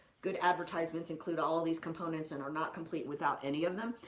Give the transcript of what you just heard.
good advertisements include all these components and are not complete without any of them.